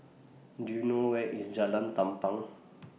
Do YOU know Where IS Jalan Tampang